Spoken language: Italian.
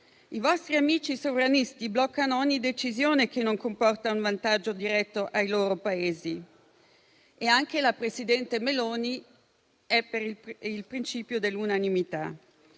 I vostri amici sovranisti bloccano ogni decisione che non comporta un vantaggio diretto ai loro Paesi; e anche la presidente Meloni è per il principio dell'unanimità.